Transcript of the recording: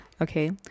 okay